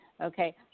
Okay